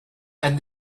and